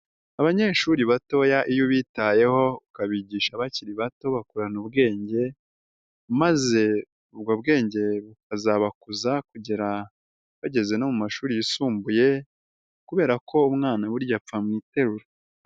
Abanyeshuri batoya iyo ubitayeho ukabigisha bakiri bato, bakurana ubwenge maze ubwo bwenge bukazabakuza kugera bageze no mu mashuri yisumbuye kubera ko umwana burya apfa mu iterura.